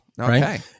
Okay